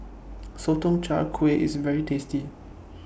Sotong Char Kway IS very tasty